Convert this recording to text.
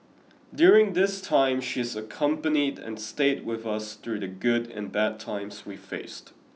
during this time she has accompanied and stayed with us through the good and bad times we faced